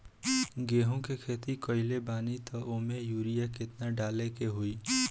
गेहूं के खेती कइले बानी त वो में युरिया केतना डाले के होई?